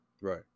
right